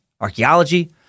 archaeology